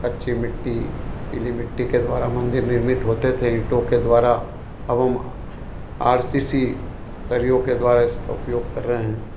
कच्ची मिट्टी गीली मिट्टी के द्वारा मंदिर निर्मित होते थे ईटों के द्वारा अब हम आर सी सी सरियों के द्वारा इसका उपयोग कर रहे हैं